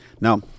Now